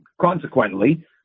consequently